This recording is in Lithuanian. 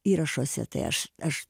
įrašuose tai aš aš